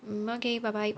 mm okay bye bye